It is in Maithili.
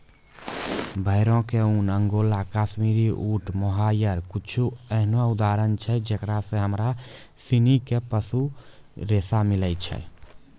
भेड़ो के ऊन, अंगोला, काश्मीरी, ऊंट, मोहायर कुछु एहनो उदाहरण छै जेकरा से हमरा सिनी के पशु रेशा मिलै छै